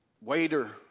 waiter